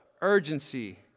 urgency